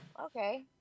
okay